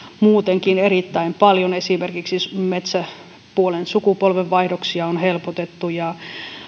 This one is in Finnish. muutenkin erittäin paljon esimerkiksi metsäpuolen sukupolvenvaihdoksia on helpotettu ja